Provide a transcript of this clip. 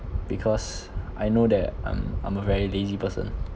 because I know that um I'm a very lazy person